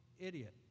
idiot